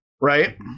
right